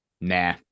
nah